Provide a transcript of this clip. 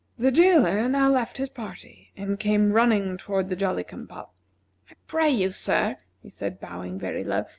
the jailer now left his party and came running toward the jolly-cum-pop. i pray you, sir, he said, bowing very low,